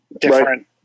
different